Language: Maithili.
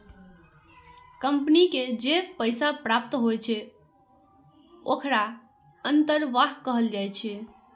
कंपनी के जे पैसा प्राप्त होइ छै, ओखरा अंतर्वाह कहल जाइ छै